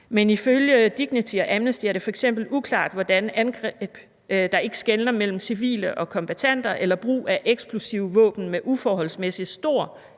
Men ifølge DIGNITY og Amnesty International er det f.eks. uklart, hvordan angreb, der ikke skelner mellem civile og kombattanter, eller brug af eksplosive våben med uforholdsmæssig stor